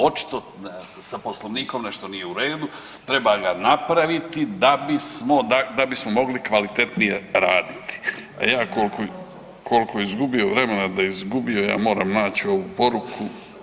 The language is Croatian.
Očito sa Poslovnikom nešto nije u redu, treba ga napraviti da bismo mogli kvalitetnije raditi, a ja koliko izgubio vremena da izgubio ja moram naći ovu poruku.